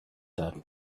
that